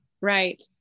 right